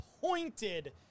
pointed